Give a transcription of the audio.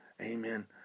Amen